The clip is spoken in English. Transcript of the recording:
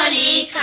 and e